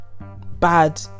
bad